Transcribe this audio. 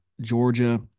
Georgia